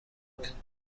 bwe